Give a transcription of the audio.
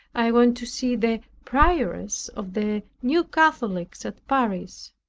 i went to see the prioress of the new catholics at paris.